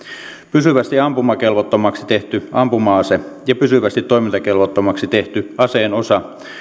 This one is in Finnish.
pysyvästi ampumakelvottomaksi tehty ampuma ase ja pysyvästi toimintakelvottomaksi tehty aseen osa